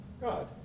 God